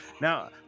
now